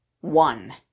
one